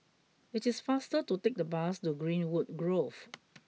it is faster to take the bus to Greenwood Grove